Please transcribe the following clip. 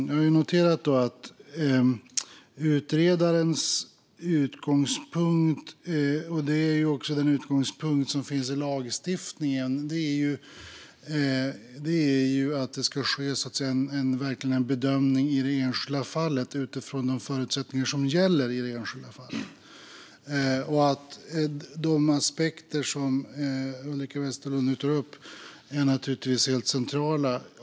Jag har noterat att utredarens utgångspunkt - det är också den utgångspunkt som finns i lagstiftningen - är att det ska ske en bedömning i det enskilda fallet, utifrån de förutsättningar som gäller i det enskilda fallet. De aspekter som Ulrika Westerlund nu tar upp är naturligtvis helt centrala.